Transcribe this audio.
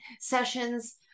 sessions